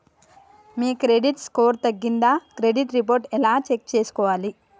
మీ credit score తగ్గిందా credit report ఎలా check చేసుకోవాలి?